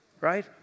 right